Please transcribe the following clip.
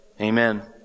Amen